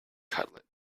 cutlet